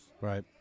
Right